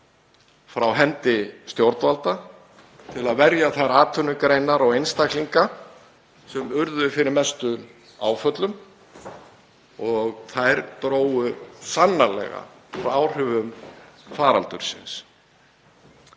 frá hendi stjórnvalda, til að verja þær atvinnugreinar og einstaklinga sem urðu fyrir mestum áföllum og þær drógu sannarlega úr áhrifum faraldursins.